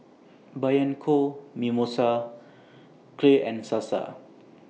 Bianco Mimosa Clear and Sasa